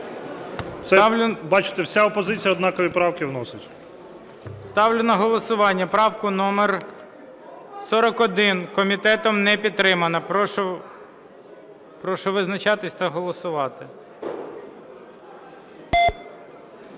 Бачите, вся опозиція однакові правки вносить. ГОЛОВУЮЧИЙ. Ставлю на голосування правку 41. Комітетом не підтримано. Прошу визначатися та голосувати.